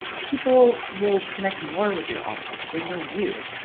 people will connect more with your art because they know you.